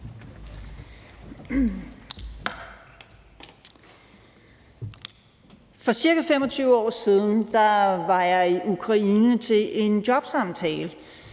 For ca. 25 år siden var jeg i Ukraine til en jobsamtale.